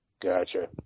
Gotcha